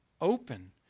open